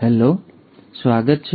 hello અને પાછા સ્વાગત છે